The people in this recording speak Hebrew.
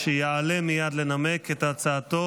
ותעבור לוועדת החוקה,